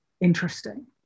interesting